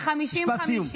משפט סיום.